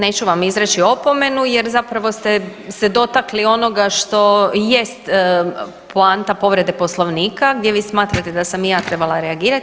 Neću vam izreći opomenu, jer zapravo ste se dotakli onoga što jest poanta povrede Poslovnika gdje vi smatrate da sam i ja trebala reagirati.